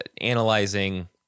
analyzing